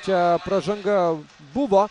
čia pražanga buvo